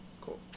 Cool